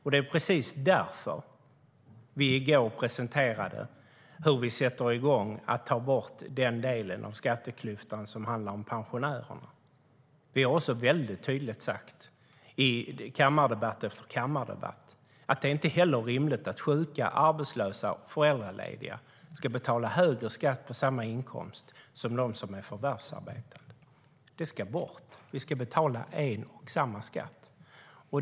Det är precis därför vi i går presenterade hur vi sätter i gång att ta bort den delen av skatteklyftan som handlar om pensionärerna. Vi har också sagt mycket tydligt i kammardebatt efter kammardebatt att det inte heller är rimligt att sjuka, arbetslösa och föräldralediga ska betala högre skatt på samma inkomst som de som är förvärvsarbetande. Det ska bort. Vi ska betala en och samma skatt.